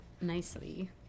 nicely